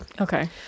Okay